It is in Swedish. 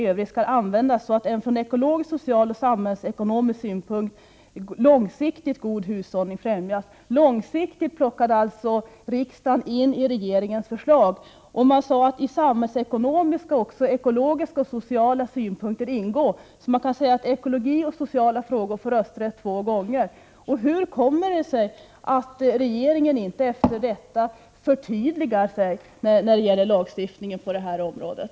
Men det kan inte vara så att förklarandet av Bratteforsån som riksintresse omöjliggör alla ingrepp -— även de fall ingreppen är av mycket stor samhällsekonomisk betydelse. Hur skulle det vara om man skulle bestämma sig för att rusta upp järnvägen i området? Också detta måste uppenbarligen betyda ingrepp i området.